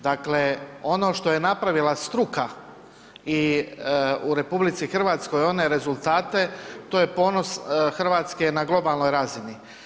Dakle, ono što je napravila struka i u RH, one rezultate to je ponos Hrvatske na globalnoj razini.